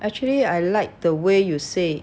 actually I like the way you say